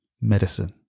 medicine